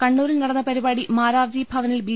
കണ്ണൂരിൽ നടന്ന പരിപാടി മാരാർജി ഭവനിൽ ബി